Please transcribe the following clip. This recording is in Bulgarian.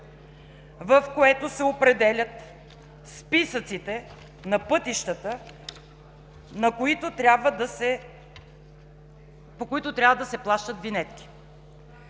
в което се определят списъците на пътищата, по които трябва да се плащат винетки.